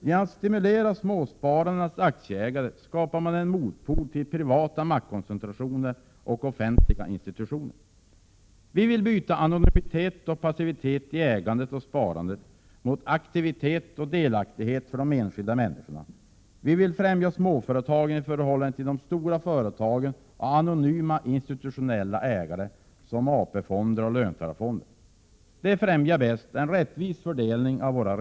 Genom att stimulera småspararnas aktieägande skapas en motpol till privata maktkoncentrationer och offentliga institutioner. Vi vill ersätta anonymiteten och passiviteten i ägandet och sparandet med aktivitet och delaktighet för de enskilda människorna. Vi vill främja småföretagen i förhållande till stora företag och anonyma institutionella ägare —t.ex. AP-fonderna eller löntagarfonderna. På det sättet främjar man bäst en rättvis fördelning av resurserna.